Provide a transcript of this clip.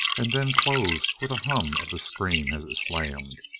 and then closed with a hum of the screen as it slammed.